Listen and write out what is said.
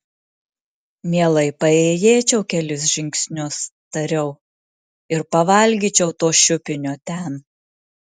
mielai paėjėčiau kelis žingsnius tariau ir pavalgyčiau to šiupinio ten